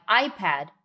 ipad